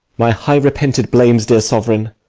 my high-repented blames, dear sovereign,